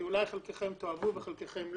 שאולי חלקכם תאהבו וחלקכם לא.